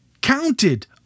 counted